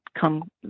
come